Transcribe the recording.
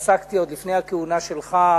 עסקתי עוד לפני הכהונה שלך,